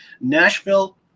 Nashville